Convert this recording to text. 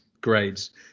grades